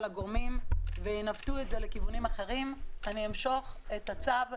הגורמים וינווטו את זה לכיוונים אחרים אני אמשוך את הצו,